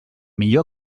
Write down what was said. millor